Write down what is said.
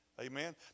Amen